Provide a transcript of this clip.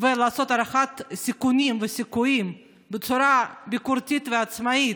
ולעשות הערכת סיכונים וסיכויים בצורה ביקורתית ועצמאית,